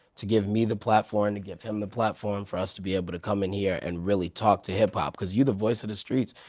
to give me the platform, to give him the platform for us to be able to come in here and really talk to hip hop. because you're the voice of the streets.